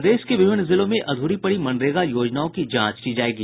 प्रदेश के विभिन्न जिलों में अध्री पड़ी मनरेगा योजनाओं की जांच की जायेगी